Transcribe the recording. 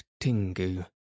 Tingu